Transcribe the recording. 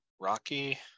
Rocky